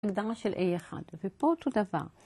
הקדמה של אי אחד, ופה אותו דבר.